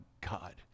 God